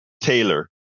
Taylor